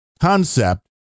concept